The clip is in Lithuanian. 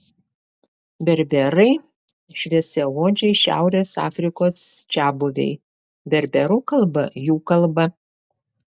berberai šviesiaodžiai šiaurės afrikos čiabuviai berberų kalba jų kalba